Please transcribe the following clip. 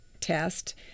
test